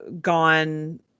gone